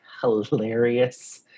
hilarious